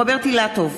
רוברט אילטוב,